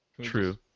True